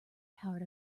part